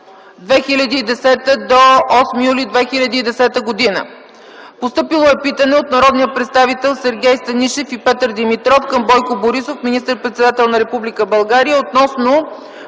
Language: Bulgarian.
2010 г. до 8 юли 2010 г.: Постъпило е питане от народните представители Сергей Станишев и Петър Димитров към Бойко Борисов - министър-председател на Република България, относно